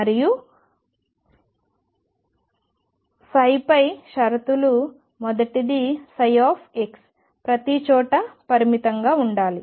మరియు ψ పై షరతులు మొదటిది ψ ప్రతిచోటా పరిమితంగా ఉండాలి